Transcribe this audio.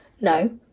No